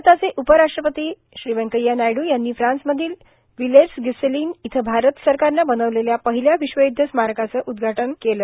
भारताचे उपराष्ट्रपती व्यंकय्या नायडू यांनी आज फ्रान्समधील र्विलेस र्गिर्स्सालन इथं भारत सरकारनं बर्नावलेल्या पाहल्या विश्वयुद्ध स्मारकाचं उद्घाटन केलं